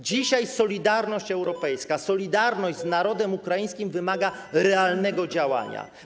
Dzisiaj solidarność europejska, solidarność z narodem ukraińskim wymaga realnego działania.